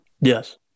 Yes